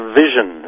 vision